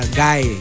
guy